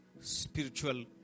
spiritual